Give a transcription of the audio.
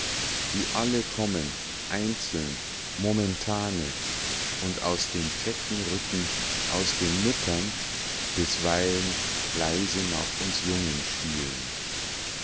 die alle kommen einzeln momentane und aus den fetten rücken aus den müttern bisweilen leise nach uns jungen schielen